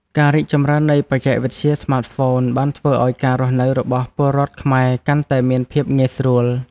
ការរីកចម្រើននៃបច្ចេកវិទ្យាស្មាតហ្វូនបានធ្វើឱ្យការរស់នៅរបស់ពលរដ្ឋខ្មែរកាន់តែមានភាពងាយស្រួល។